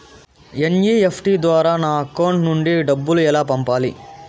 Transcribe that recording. NEFT ద్వారా నా account నుండి డబ్బులు ఎలా పంపాలి